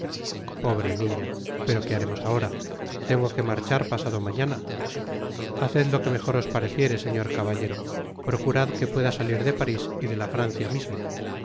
pobre niña i pero qué haremos ahora i tengo que marchar pasado mañana haced lo que mejor os pareciere señor caballero procurad que pueda salir de paris y de la francia misma